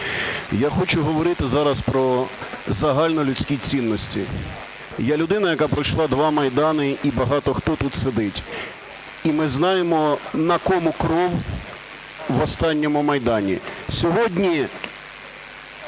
я хочу говорити зараз про загальнолюдські цінності. Я – людина, яка пройшла два майдани, і багато, хто тут сидить. І ми знаємо, на кому кров в останньому Майдані. Сьогодні